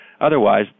otherwise